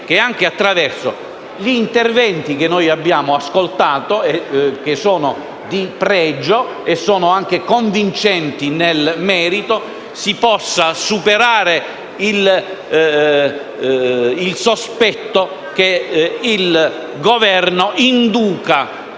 che, anche attraverso gli interventi che abbiamo ascoltato, che sono di pregio e convincenti nel merito, si possa superare il sospetto che il Governo induca